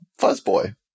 fuzzboy